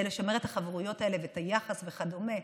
לשמר את החברויות האלה ואת היחס וכדומה.